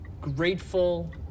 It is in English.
grateful